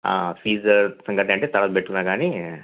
fees సంగతి అది అంటే తర్వాత పెట్టుకున్న కానీ